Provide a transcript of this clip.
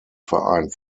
verein